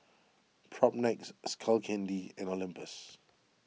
Propnex Skull Candy and Olympus